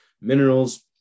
minerals